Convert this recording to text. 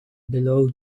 below